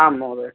आम् महोदय